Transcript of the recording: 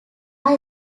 are